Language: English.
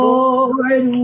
Lord